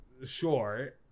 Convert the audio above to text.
sure